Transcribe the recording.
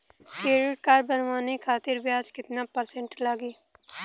Credit card बनवाने खातिर ब्याज कितना परसेंट लगी?